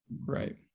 right